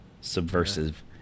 subversive